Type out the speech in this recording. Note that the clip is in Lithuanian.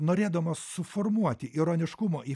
norėdamos suformuoti ironiškumo